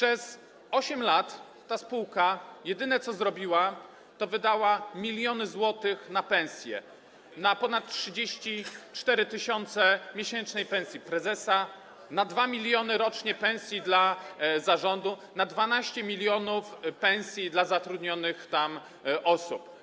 Jedyne, co ta spółka zrobiła przez 8 lat, to wydała miliony złotych na pensje: na ponad 34 tys. miesięcznej pensji prezesa, na 2 mln rocznie pensji dla zarządu, na 12 mln pensji dla zatrudnionych tam osób.